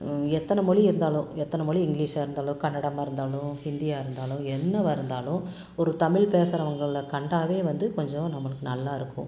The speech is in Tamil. எத்தனை மொழி இருந்தாலும் எத்தனை மொழி இங்கிலீஷாக இருந்தாலும் கன்னடமாக இருந்தாலும் ஹிந்தியாக இருந்தாலும் என்னவாக இருந்தாலும் ஒரு தமிழ் பேசுகிறவங்கள கண்டாவே வந்து கொஞ்சம் நம்மளுக்கு நல்லா இருக்கும்